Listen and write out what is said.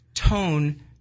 Tone